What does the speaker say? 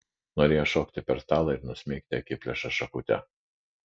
norėjo šokti per stalą ir nusmeigti akiplėšą šakute